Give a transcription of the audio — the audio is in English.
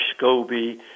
Scobie